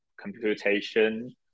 computation